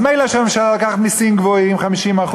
אז מילא שהממשלה לוקחת מסים גבוהים, 50%,